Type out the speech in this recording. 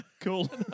Cool